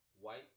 White